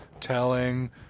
telling